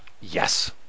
Yes